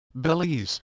Belize